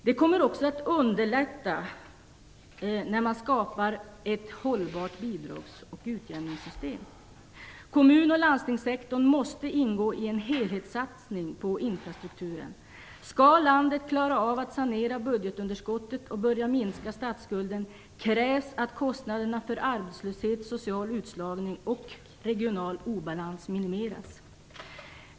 Det kommer också att underlätta skapandet av ett hållbart bidrags och utjämningssystem. Kommunoch landstingssektorn måste ingå i en helhetssatsning på infrastrukturen. Skall landet klara av att sanera budgetunderskottet och börja minska statsskulden krävs att kostnaderna för arbetslöshet, social utslagning och regional obalans minimeras.